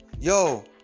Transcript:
Yo